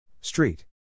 Street